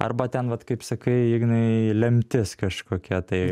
arba ten vat kaip sakai ignai lemtis kažkokia tai